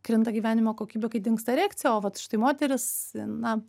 krinta gyvenimo kokybė kai dingsta erekcija o vat štai moteris na